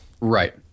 Right